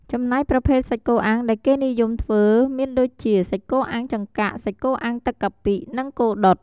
ចំំណែកប្រភេទសាច់គោអាំងដែលគេនិយមធ្វើមានដូចជា សាច់គោអាំងចង្កាក់ សាច់គោអាំងទឹកកាពិ និងគោដុត។